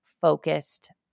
focused